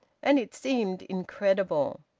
and it seemed incredible.